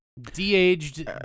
de-aged